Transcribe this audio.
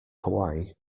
hawaii